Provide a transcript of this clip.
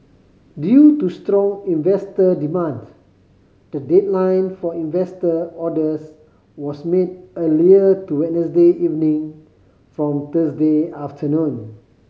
due to strong investor demand the deadline for investor orders was made earlier to Wednesday evening from Thursday afternoon